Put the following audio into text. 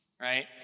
right